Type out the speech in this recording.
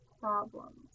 problems